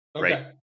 right